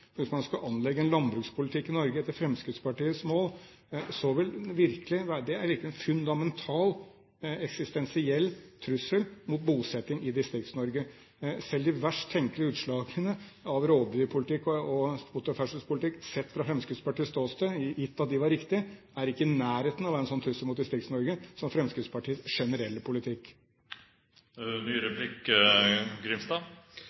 selv. Hvis man skal anlegge en landbrukspolitikk i Norge etter Fremskrittspartiets mål, vil det virkelig være en fundamental, eksistensiell trussel mot bosettingen i Distrikts-Norge. Selv de verst tenkelige utslagene av rovdyrpolitikken og motorferdselspolitikken, sett fra Fremskrittspartiets ståsted – gitt at de var riktige – er ikke i nærheten av å være en sånn trussel mot Distrikts-Norge som Fremskrittspartiets generelle politikk.